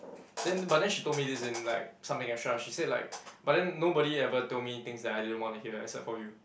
then but then she told me this in like something extra she said like but then nobody ever told me things that I didn't want to hear except for you